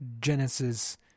Genesis